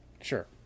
Sure